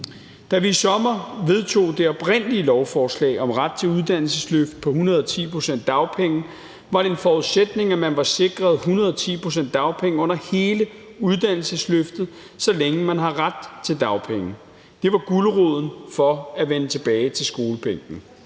Da vi i sommer vedtog det oprindelige lovforslag om ret til uddannelsesløft på 110 pct. dagpenge, var det en forudsætning, at man var sikret 110 pct. dagpenge under hele uddannelsesløftet, så længe man havde ret til dagpenge. Det var guleroden for at vende tilbage til skolebænken.